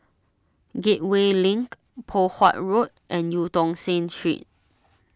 Gateway Link Poh Huat Road and Eu Tong Sen Street